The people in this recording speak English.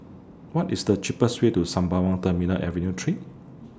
What IS The cheapest Way to Sembawang Terminal Avenue three